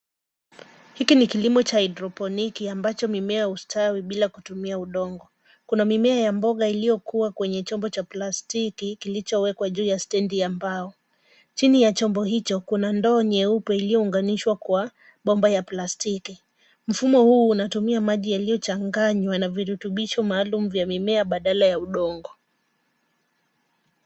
Hiki ni kilimo cha hydroponiki ambacho mimea hustawi bila kutumia udongo. Kuna mimea ya mboga iliyokua kwenye chombo cha plastiki kilichowekwa juu ya stendi ya mbao. Chini ya chombo hicho, kuna ndoo nyeupe iliyounganishwa kwa bomba ya plastiki. Mfumo huu unatumia maji yaliyochanganywa na virutubisho maalum vya mimea badala ya udongo.